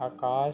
आकाश